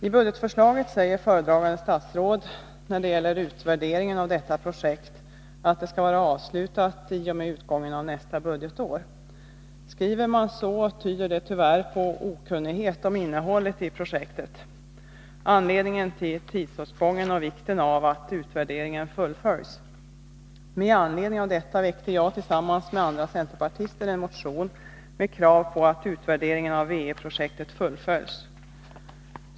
I budgetförslaget säger föredragande statsråd när det gäller utvärderingen av detta projekt, att det skall vara avslutat i och med utgången av nästa budgetår. Skriver man så, tyder det tyvärr på okunnighet om innehållet i projektet, anledningen till tidsåtgången och vikten av att utvärderingen fullföljs. Med anledning av detta väckte jag tillsammans med andra centerpartister en motion med krav på att utvärderingen av W-E-projektet fullföljs.